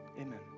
Amen